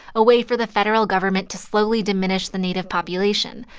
a way for the federal government to slowly diminish the native population,